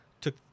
took